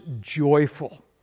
joyful